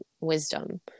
wisdom